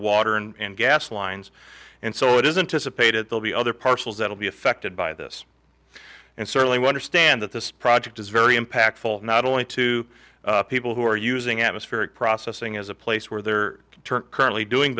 water and gas lines and so it isn't dissipated they'll be other parcels that will be affected by this and certainly wonder stand that this project is very impactful not only to people who are using atmospheric processing as a place where their target currently doing